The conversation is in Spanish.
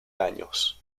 años